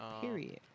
period